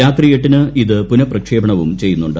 രാത്രി എട്ടിന് ഇത് പുനഃപ്രക്ഷേപണവും ചെയ്യുന്നുണ്ട്